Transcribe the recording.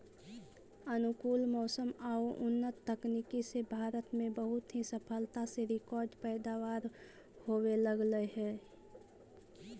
अनुकूल मौसम आउ उन्नत तकनीक से भारत में बहुत ही सफलता से रिकार्ड पैदावार होवे लगले हइ